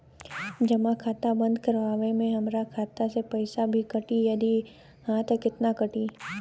जमा खाता बंद करवावे मे हमरा खाता से पईसा भी कटी यदि हा त केतना कटी?